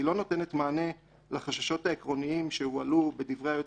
היא לא נותנת מענה לחששות העקרוניים שהועלו בדברי היועץ